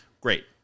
great